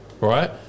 right